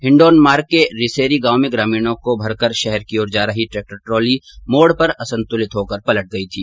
हिण्डौन मार्ग के रीसेरी गांव में ग्रामीणों को भरकर शहर की ओर आ रही ट्रेक्टर ट्राली मोड़ पर असंतूलित होकर पलट गयी